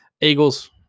Eagles